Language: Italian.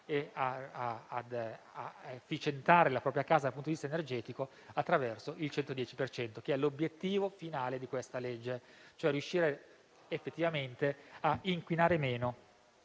e a efficientare la propria casa dal punto di vista energetico attraverso il superbonus 110 per cento. L'obiettivo finale di questa misura è riuscire effettivamente a inquinare meno,